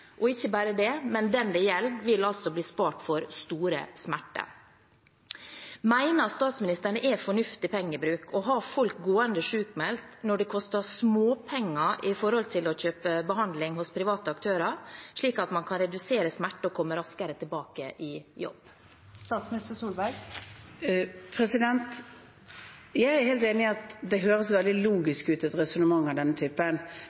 Og ikke bare det: Den det gjelder, vil bli spart for store smerter. Mener statsministeren det er fornuftig pengebruk å ha folk gående sykmeldt når det koster småpenger å kjøpe behandling hos private aktører, slik at man kan redusere smerte og komme raskere tilbake i jobb? Jeg er helt enig i at det høres veldig logisk ut, et resonnement av denne typen,